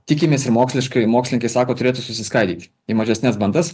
tikimės ir moksliškai mokslininkai sako turėtų susiskaidyti į mažesnes bandas